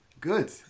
Good